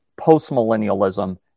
postmillennialism